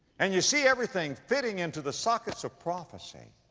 and you see everything fitting into the sockets of prophecy,